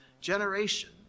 generation